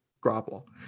grapple